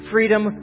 Freedom